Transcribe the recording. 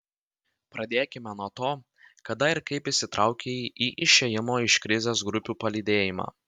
pradėkime nuo to kada ir kaip įsitraukei į išėjimo iš krizės grupių palydėjimą